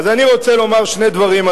אז אני רוצה לומר שני דברים,